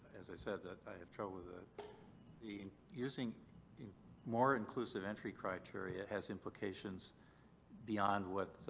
as i said, that i have trouble with the using more inclusive entry criteria has implications beyond what